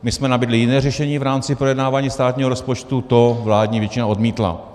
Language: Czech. My jsme nabídli jiné řešení v rámci projednávání státního rozpočtu, to vládní většina odmítla.